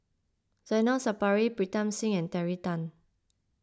Zainal Sapari Pritam Singh and Terry Tan